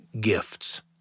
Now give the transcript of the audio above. gifts